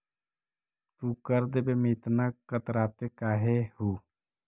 तू कर देवे में इतना कतराते काहे हु